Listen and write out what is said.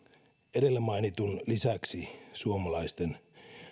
edellä mainitun lisäksi suomalaisten